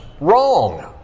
wrong